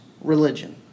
religion